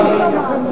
החקיקה.